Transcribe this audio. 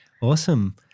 Awesome